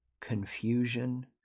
confusion